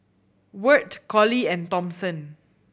Wirt Collie and Thompson